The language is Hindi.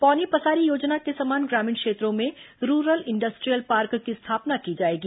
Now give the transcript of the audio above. पौनी पसारी योजना के समान ग्रामीण क्षेत्रों में रूरल इंडस्ट्रीयल पार्क की स्थापना की जाएगी